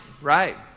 right